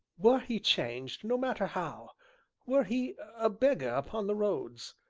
were he changed, no matter how were he a beggar upon the roads,